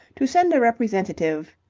to send a representative.